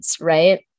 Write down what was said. right